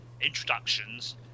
introductions